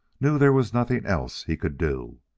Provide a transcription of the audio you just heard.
knew there was nothing else he could do.